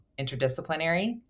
interdisciplinary